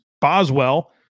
Boswell